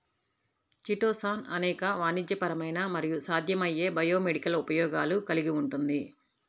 chitosan అనేక వాణిజ్యపరమైన మరియు సాధ్యమయ్యే బయోమెడికల్ ఉపయోగాలు కలిగి ఉంటుంది